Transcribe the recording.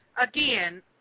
again